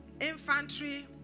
infantry